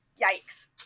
Yikes